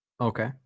Okay